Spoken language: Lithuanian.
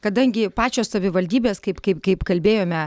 kadangi pačios savivaldybės kaip kaip kaip kalbėjome